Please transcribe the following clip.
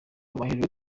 amahirwe